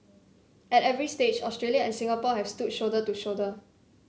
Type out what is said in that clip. at every stage Australia and Singapore have stood shoulder to shoulder